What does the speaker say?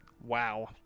Wow